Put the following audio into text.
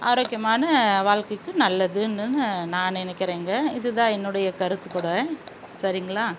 ஆரோக்கியமான வாழ்க்கைக்கு நல்லதுன்னு நான் நினைக்குறேங்க இதுதான் என்னுடைய கருத்துக்கூட சரிங்களா